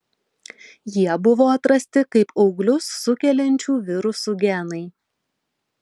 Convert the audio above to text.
jie buvo atrasti kaip auglius sukeliančių virusų genai